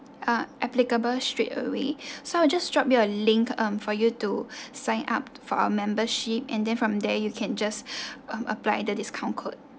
ah applicable straight away so I'll just drop you a link um for you to sign up for our membership and then from there you can just um apply the discount code